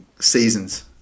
seasons